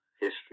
history